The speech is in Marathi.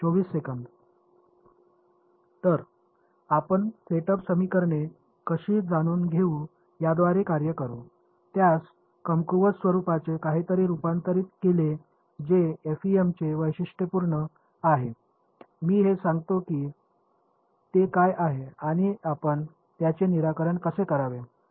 तर आपण सेटअप समीकरणे कशी जाणून घेऊ याद्वारे कार्य करू त्यास कमकुवत स्वरुपाचे काहीतरी रुपांतरित केले जे एफईएमचे वैशिष्ट्यपूर्ण आहे मी हे सांगतो की ते काय आहे आणि मग आपण त्याचे निराकरण कसे करावे